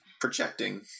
projecting